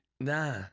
nah